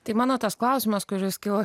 tai mano tas klausimas kuris kilo